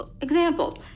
example